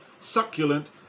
succulent